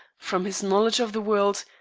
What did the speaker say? from his knowledge of the world,